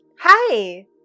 Hi